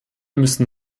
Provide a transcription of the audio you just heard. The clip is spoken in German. müssen